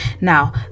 Now